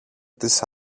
τις